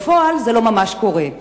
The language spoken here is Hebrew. בפועל, זה לא ממש קורה.